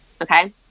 Okay